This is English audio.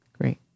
Great